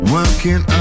Working